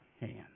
hand